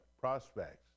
prospects